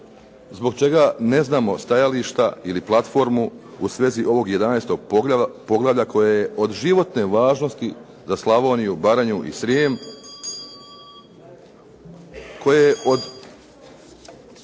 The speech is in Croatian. zbog čega ne znamo stajališta ili platformu u svezi ovog 11. Poglavlja koje je od životne važnosti za Slavoniju, Baranju i Srijem, koje je od,